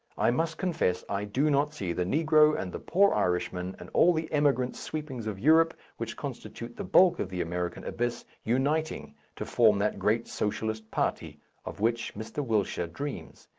i must confess i do not see the negro and the poor irishman and all the emigrant sweepings of europe, which constitute the bulk of the american abyss, uniting to form that great socialist party of which mr. wilshire dreams,